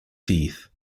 teeth